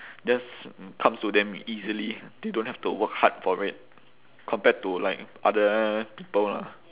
just comes to them easily they don't have to work hard for it compared to like other people lah